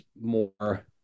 more